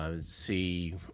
see